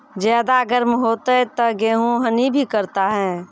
ज्यादा गर्म होते ता गेहूँ हनी भी करता है?